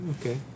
Okay